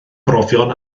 brofion